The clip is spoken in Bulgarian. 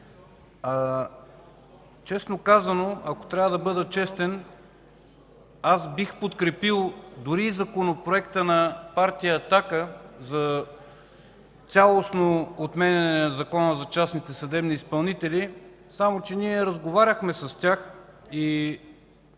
първо четене. Ако трябва да бъда честен, бих подкрепил дори и Законопроекта на партия „Атака” за цялостно отменяне на Закона за частните съдебни изпълнители. Ние разговаряхме с тях и